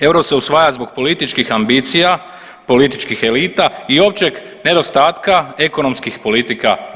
Euro se usvaja zbog političkih ambicija, političkih elita i općeg nedostatka ekonomskih politika u EU.